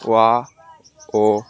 wow